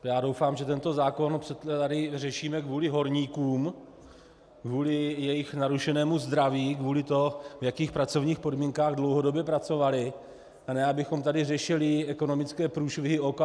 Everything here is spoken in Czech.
Já doufám, že tento zákon tady řešíme kvůli horníkům, kvůli jejich narušenému zdraví, kvůli tomu, v jakých pracovních podmínkách dlouhodobě pracovali, a ne abychom tady řešili ekonomické průšvihy OKD.